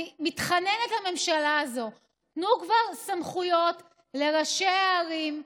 אני מתחננת לממשלה הזאת: תנו כבר סמכויות לראשי הערים,